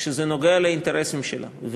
כשזה נוגע לאינטרסים שלהם.